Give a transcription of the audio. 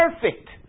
perfect